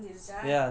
uh